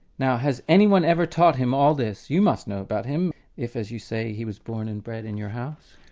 now has anyone ever taught him all this? you must know about him if, as you say, he was born and bred in your house.